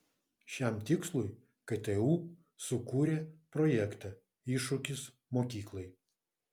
šiam tikslui ktu sukūrė projektą iššūkis mokyklai